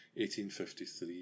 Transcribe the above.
1853